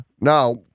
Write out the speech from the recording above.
Now